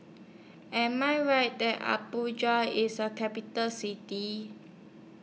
Am I Right that Abuja IS A Capital City